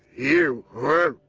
you were